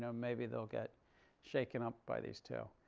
you know maybe they'll get shaken up by these two.